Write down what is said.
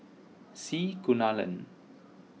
C Kunalan